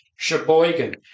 Sheboygan